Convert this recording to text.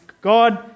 God